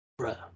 Bruh